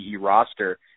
roster